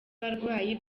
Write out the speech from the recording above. abarwayi